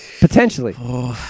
Potentially